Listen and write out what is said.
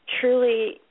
truly